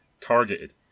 targeted